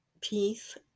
peace